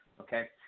Okay